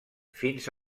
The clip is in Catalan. fins